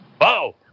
Whoa